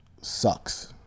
sucks